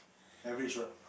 average what